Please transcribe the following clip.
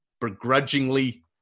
begrudgingly